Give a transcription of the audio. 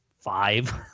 five